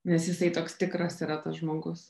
nes jisai toks tikras yra tas žmogus